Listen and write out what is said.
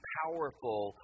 powerful